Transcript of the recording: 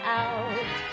out